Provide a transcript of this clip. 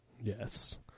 Yes